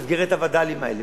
במסגרת הווד"לים האלה,